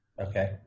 Okay